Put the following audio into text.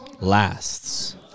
lasts